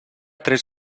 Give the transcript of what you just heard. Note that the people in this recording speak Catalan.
tres